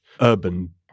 urban